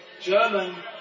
German